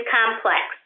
complex